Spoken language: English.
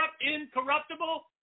incorruptible